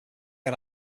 had